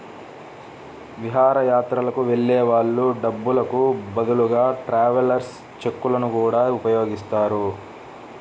విహారయాత్రలకు వెళ్ళే వాళ్ళు డబ్బులకు బదులుగా ట్రావెలర్స్ చెక్కులను గూడా ఉపయోగిస్తారు